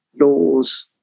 laws